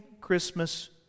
Christmas